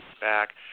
back